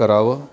करावं